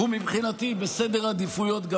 הוא מבחינתי במקום גבוה בסדר עדיפויות.